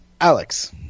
Alex